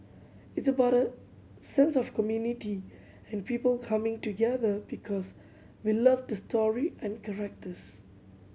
it's about a sense of community and people coming together because we love the story and characters